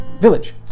village